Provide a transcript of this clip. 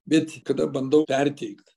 bet kada bandau perteikt